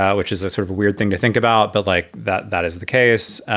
yeah which is a sort of a weird thing to think about. but like that that is the case.